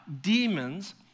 demons